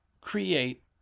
create